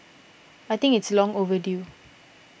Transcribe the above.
I think it's long overdue